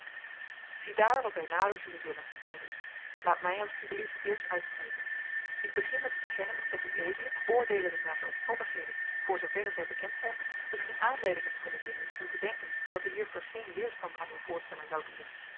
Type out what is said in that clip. ziedaar wat wij nader zien zullen zeide ik laat mij als t u belieft eerst uitspreken ik begin met te bekennen dat ued oordeelende naar de omstandigheden voor zooverre zij bekend zijn misschien aanleiding hebt kunnen vinden om te denken dat de juffer geen weerstand aan uw voorstellen zou bieden